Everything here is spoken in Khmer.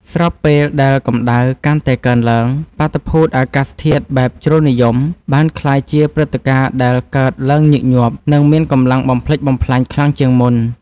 ស្របពេលដែលកម្ដៅកាន់តែកើនឡើង បាតុភូតអាកាសធាតុបែបជ្រុលនិយម បានក្លាយជាព្រឹត្តិការណ៍ដែលកើតឡើងញឹកញាប់ និងមានកម្លាំងបំផ្លិចបំផ្លាញខ្លាំងជាងមុន។